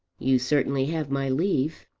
you certainly have my leave.